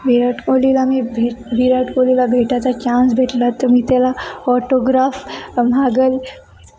विराट कोहलीला मी भेट विराट कोहलीला भेटायचा चान्स भेटला तर मी त्याला ऑटोग्राफ मागेल